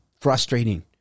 frustrating